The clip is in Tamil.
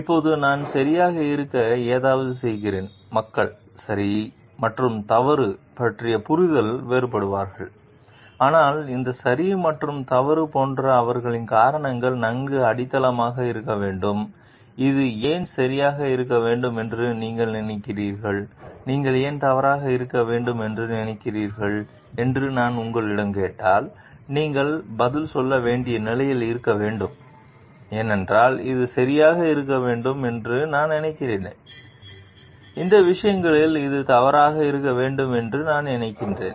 இப்போது நான் சரியாக இருக்க ஏதாவது செய்கிறேன் மக்கள் சரி மற்றும் தவறு பற்றிய புரிதலில் வேறுபடுவார்கள் ஆனால் இந்த சரி மற்றும் தவறு போன்ற அவர்களின் காரணங்களில் நன்கு அடித்தளமாக இருக்க வேண்டும் இது ஏன் சரியாக இருக்க வேண்டும் என்று நீங்கள் நினைக்கிறீர்கள் நீங்கள் ஏன் தவறாக இருக்க வேண்டும் என்று நினைக்கிறீர்கள் என்று நான் உங்களிடம் கேட்டால் நீங்கள் பதில் சொல்ல வேண்டிய நிலையில் இருக்க வேண்டும் ஏனெனில் இது சரியாக இருக்க வேண்டும் என்று நான் நினைக்கிறேன் இந்த விஷயங்களில் இது தவறாக இருக்க வேண்டும் என்று நான் நினைக்கிறேன்